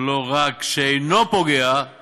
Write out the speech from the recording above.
שלא רק שאינה פוגעות